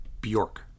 bjork